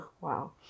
Wow